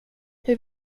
hur